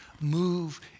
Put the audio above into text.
move